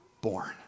born